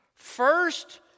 First